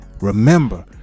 remember